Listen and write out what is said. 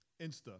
Insta